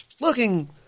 looking